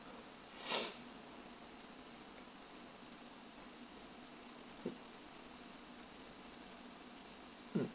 mm